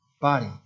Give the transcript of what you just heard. body